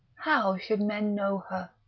how should men know her,